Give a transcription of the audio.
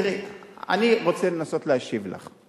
אני רוצה לנסות להשיב לך.